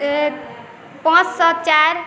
पाँच सओ चारि